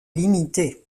limité